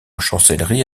chancellerie